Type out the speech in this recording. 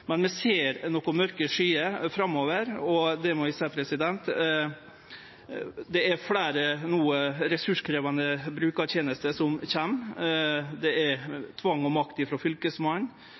Men vi ser nokre mørke skyer framover. Det kjem no fleire ressurskrevjande brukartenester, det er tvang og makt frå